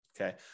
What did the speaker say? okay